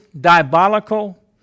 diabolical